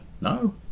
No